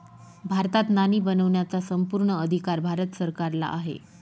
भारतात नाणी बनवण्याचा संपूर्ण अधिकार भारत सरकारला आहे